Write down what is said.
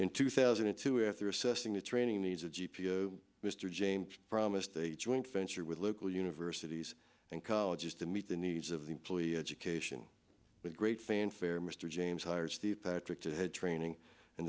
in two thousand and two after assessing the training needs a g p o mr james promised a joint venture with local universities and colleges to meet the needs of the employee education with great fanfare mr james hires the patrick to head training and